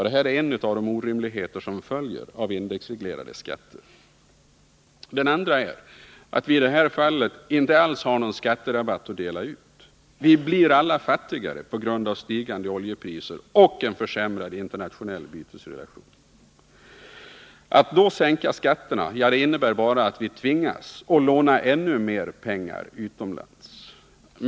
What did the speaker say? Detta är en av de orimligheter som följer av indexreglerade skatter. Den andra är att vi i detta fall inte alls har någon skatterabatt att dela ut. Vi blir alla fattigare på grund av stigande oljepriser och en försämrad internationell bytesrelation. Att då sänka skatterna innebär bara att vi tvingas att låna ännu mer pengar utomlands.